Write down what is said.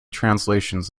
translations